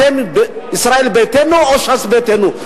אתם ישראל ביתנו או ש"ס ביתנו?